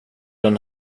den